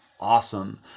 awesome